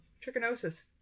Trichinosis